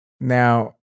Now